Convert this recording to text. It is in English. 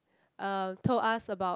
uh told us about